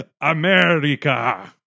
America